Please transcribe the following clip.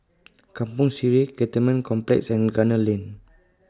Kampong Sireh Cantonment Complex and Gunner Lane